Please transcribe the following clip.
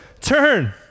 Turn